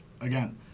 again